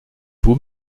vous